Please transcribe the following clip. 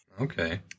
Okay